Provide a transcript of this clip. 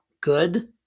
good